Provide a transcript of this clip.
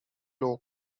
low